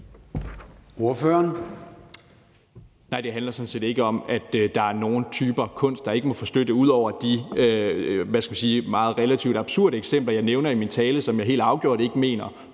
det handler sådan set ikke om, at der er nogle typer kunst, der ikke må få støtte ud over de – hvad skal vi sige – relativt absurde eksempler, jeg nævner i min tale, som jeg helt afgjort ikke mener